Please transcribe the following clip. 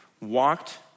walked